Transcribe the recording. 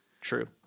True